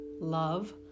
love